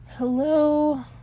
Hello